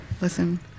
listen